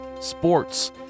sports